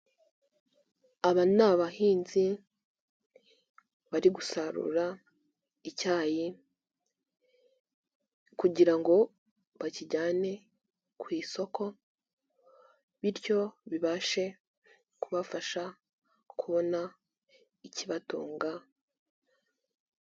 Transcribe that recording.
Aba ni abahinzi bari gusarura icyayi kugira ngo bakijyane ku isoko bityo bibashe kubafasha kubona ikibatunga.